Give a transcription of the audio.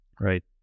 right